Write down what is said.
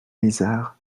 mézard